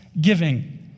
giving